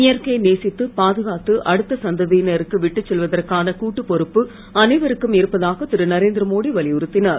இயற்கையை நேசித்து பாதுகாத்து அடுத்த சந்ததியினருக்கு விட்டுச் செல்வதற்கான கூட்டு பொறுப்பு அனைவருக்கும் இருப்பதாக திருநரேந்திரமோடி வலியுறுத்தினார்